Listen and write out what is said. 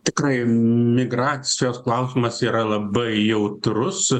tikrai migracijos klausimas yra labai jautrus